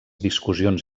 discussions